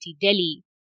Delhi